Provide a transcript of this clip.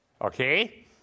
okay